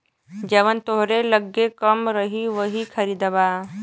जवन तोहरे लग्गे कम रही वही खरीदबा